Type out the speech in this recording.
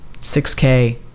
6K